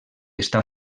està